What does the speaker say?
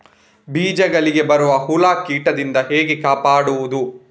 ಬೀಜಗಳಿಗೆ ಬರುವ ಹುಳ, ಕೀಟದಿಂದ ಹೇಗೆ ಕಾಪಾಡುವುದು?